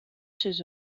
ses